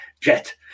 Jet